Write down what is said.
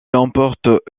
emporte